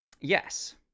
Yes